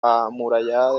amurallada